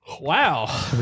Wow